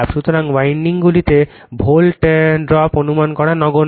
সুতরাং উইন্ডিংগুলিতে volt drop অনুমান করা নগণ্য